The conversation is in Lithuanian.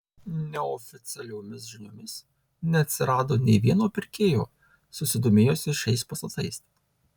neoficialiomis žiniomis neatsirado nė vieno pirkėjo susidomėjusio šiais pastatais